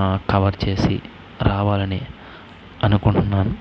ఆ కవర్ చేసి రావాలని అనుకుంటున్నాను